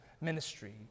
ministry